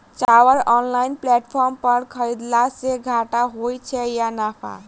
चावल online platform पर खरीदलासे घाटा होइ छै या नफा?